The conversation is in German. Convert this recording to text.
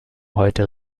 heute